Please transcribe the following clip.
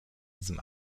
diesem